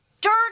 dirty